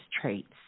traits